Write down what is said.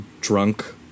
drunk